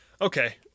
Okay